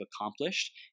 accomplished